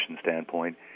standpoint